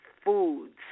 Foods